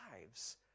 lives